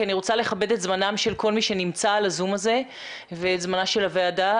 אני רוצה לכבד את זמנם של כל מי שנמצא על הזום ואת זמנה של הוועדה.